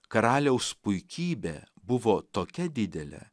karaliaus puikybė buvo tokia didelė